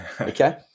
Okay